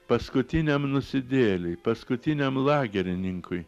paskutiniam nusidėjėliui paskutiniam lagerininkui